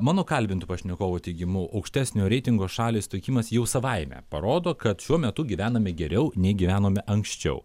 mano kalbintų pašnekovų teigimu aukštesnio reitingo šaliai suteikimas jau savaime parodo kad šiuo metu gyvename geriau nei gyvenome anksčiau